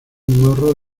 morro